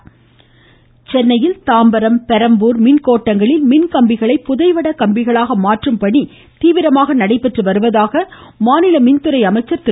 கேள்விட நோம் சென்னையில் தாம்பரம் பெரம்பூர் மின்கோட்டங்களில் மின் கம்பிகளை புதைவட கம்பிகளாக மாற்றும் பணி தீவிரமாக நடைபெற்று வருவதாக மாநில மீன்துறை அமைச்சர் திரு